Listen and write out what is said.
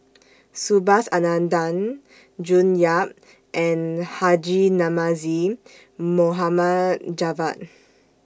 Subhas Anandan June Yap and Haji Namazie Mohamed Javad